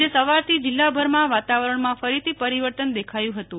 આજે સવારથી જીલ્લાભરમાં વાતાવરણમાં ફરીથી પરિવર્તન દેખાયું હતું